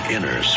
Inner